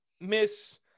miss